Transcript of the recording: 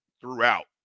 throughout